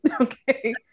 Okay